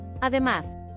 Además